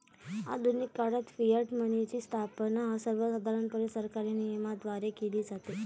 आधुनिक काळात फियाट मनीची स्थापना सर्वसाधारणपणे सरकारी नियमनाद्वारे केली जाते